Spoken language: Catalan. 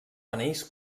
panells